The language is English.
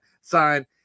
sign